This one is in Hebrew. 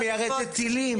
היא מיירטת טילים,